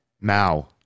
Mao